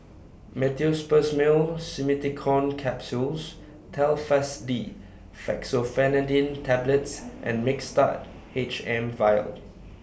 Meteospasmyl Simeticone Capsules Telfast D Fexofenadine Tablets and Mixtard H M Vial